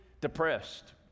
depressed